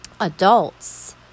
adults